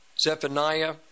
Zephaniah